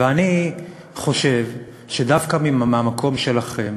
ואני חושב שדווקא מהמקום שלכם